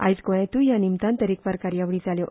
आयज गोंयांतूय ते निमतान तरेकवार कार्यावळी जाल्यो